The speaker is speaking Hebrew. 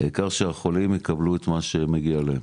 העיקר שהחולים יקבלו את מה שמגיע להם.